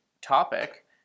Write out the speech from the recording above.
topic